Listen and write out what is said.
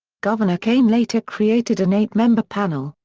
governor kaine later created an eight-member panel,